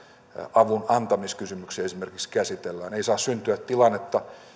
avunantamiskysymyksiä esimerkiksi käsitellään ei saa syntyä tilannetta